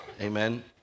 Amen